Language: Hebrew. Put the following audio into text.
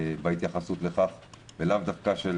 בהתייחסות לכך ולאו דווקא של